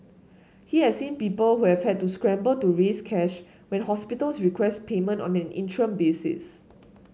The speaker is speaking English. he has seen people who have had to scramble to raise cash when hospitals request payment on an interim basis